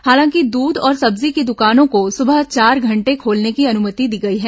हालांकि दूध और सब्जी की दुकानों को सुबह चार घंटे खोलने की अनुमति दी गई है